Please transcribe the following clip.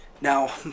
now